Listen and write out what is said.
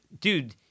dude